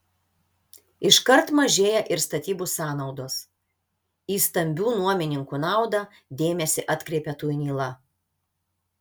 iškart mažėja ir statybų sąnaudos į stambių nuomininkų naudą dėmesį atkreipia tuinyla